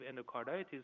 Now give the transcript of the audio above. endocarditis